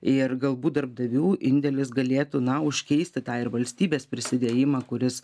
ir galbūt darbdavių indėlis galėtų na užkeisti tą ir valstybės prisidėjimą kuris